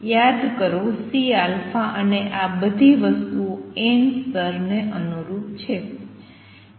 યાદ કરો C અને આ બધી વસ્તુઓ n સ્તરને અનુરૂપ છે